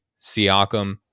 Siakam